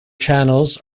channels